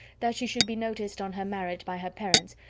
that she should be noticed on her marriage by her parents,